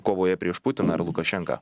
kovoje prieš putiną ar lukašenką